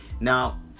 Now